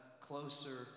closer